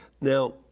Now